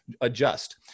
adjust